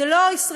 זו לא ישראל,